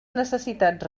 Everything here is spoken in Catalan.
necessitats